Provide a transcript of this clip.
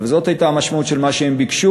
אבל זאת הייתה המשמעות של מה שהם ביקשו